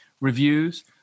reviews